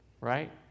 right